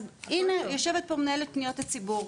אז יושבת כאן מנהלת פניות הציבור,